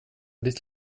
ditt